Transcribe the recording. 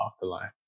afterlife